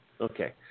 Okay